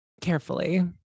carefully